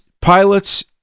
pilots